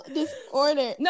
disorder